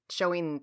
showing